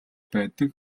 байдаг